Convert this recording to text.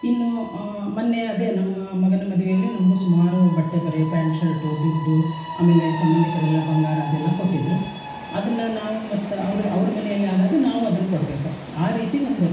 ಇನ್ನು ಮೊನ್ನೆ ಅದೇ ನಮ್ಮ ಮಗನ ಮದುವೇಲಿ ನಮಗೂ ಸುಮಾರು ಬಟ್ಟೆ ಬರೆ ಪ್ಯಾಂಟ್ ಶರ್ಟು ದುಡ್ಡು ಆಮೇಲೆ ಸಂಬಂಧಿಕರೆಲ್ಲ ಬಂಗಾರ ಅದೆಲ್ಲ ಕೊಟ್ಟಿದ್ದರು ಅದನ್ನು ನಾವು ಮತ್ತೆ ಅವ್ರವ್ರ ಮನೆಯಲ್ಲಿ ಆದಾಗ ನಾವು ಅದನ್ನು ಕೊಡಬೇಕು ಆ ರೀತಿ ಒಂದು